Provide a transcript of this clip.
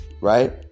right